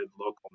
local